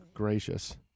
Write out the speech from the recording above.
gracious